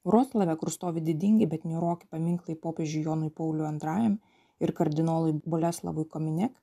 vroclave kur stovi didingi bet niūroki paminklai popiežiui jonui pauliui antrajam ir kardinolui boleslavui kominek